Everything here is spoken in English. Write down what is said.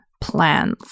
plans